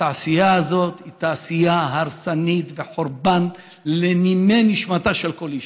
התעשייה הזאת היא תעשייה הרסנית וחורבן לנימי נשמתה של כל אישה.